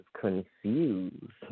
confused